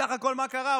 סך הכול, מה קרה?